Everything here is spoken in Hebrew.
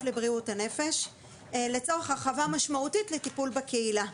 לבריאות הנפש לצורך הרחבה משמעותית לטיפול בקהילה.